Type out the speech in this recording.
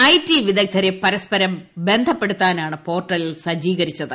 I T വിദഗ്ധരെ പരസ്പരം ബന്ധപ്പെടുത്താനാണ് പോർട്ടൽ സജ്ജീകരിച്ചത്